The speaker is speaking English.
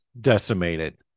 decimated